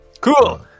Cool